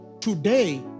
today